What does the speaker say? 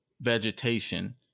vegetation